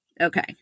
Okay